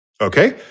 Okay